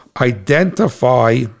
identify